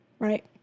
Right